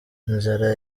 inzara